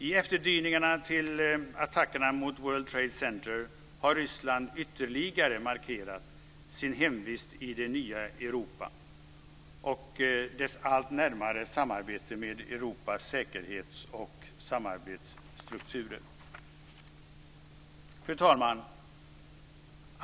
I efterdyningarna till attackerna mot World Trade Center har Ryssland ytterligare markerat sin hemvist i det nya Europa och dess allt närmare samarbete med Europas säkerhetsoch samarbetsstrukturer. Fru talman!